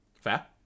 Fair